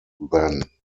then